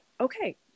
Okay